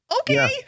okay